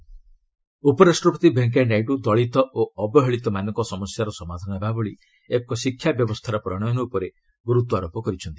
ନାଇଡ଼ ଉପରାଷ୍ଟ୍ରପତି ଭେଙ୍କିୟା ନାଇଡୁ ଦଳିତ ଓ ଅବହେଳିତମାନଙ୍କ ସମସ୍ୟାର ସମାଧାନ ହେବାଭଳି ଏକ ଶିକ୍ଷା ବ୍ୟବସ୍ଥାର ପ୍ରଣୟନ ଉପରେ ଗୁରୁତ୍ୱ ଆରୋପ କରିଛନ୍ତି